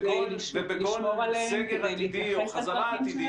ובכל סגר עתידי או חזרה עתידית,